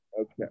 Okay